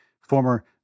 Former